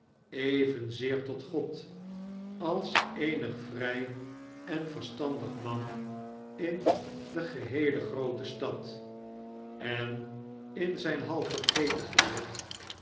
evenzeer tot god als eenig vrij en verstandig man in he geheele groote stad en in zijn half vergeten gebed